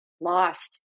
lost